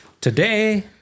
Today